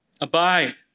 Abide